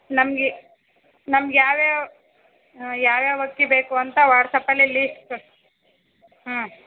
ನಮಗೆ ನಮ್ಗೆ ಯಾವ ಯಾವ ಹಾಂ ಯಾವ ಯಾವ ಅಕ್ಕಿ ಬೇಕು ಅಂತ ವಾಟ್ಸಾಪ್ಪಲ್ಲಿ ಲೀಸ್ಟ್ ಕಳ್ಸಿ ಹ್ಞೂ